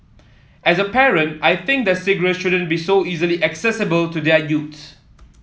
as a parent I think that cigarettes shouldn't be so easily accessible to their youths